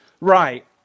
right